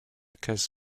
case